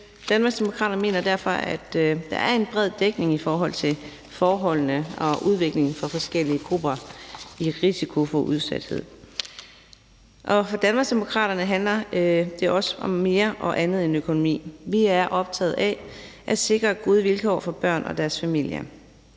Danmarksdemokraterne mener derfor, at der er en bred dækning i forhold til forholdene og udviklingen for forskellige grupper, der er i risiko for udsathed. For Danmarksdemokraterne handler det også om mere og andet end økonomi. Vi er optaget af at sikre gode vilkår for børn og deres familier.